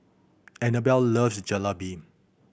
Annabell loves Jalebi